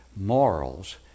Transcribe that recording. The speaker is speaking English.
morals